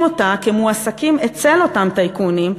אותה כמועסקים אצל אותם טייקונים,